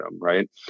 right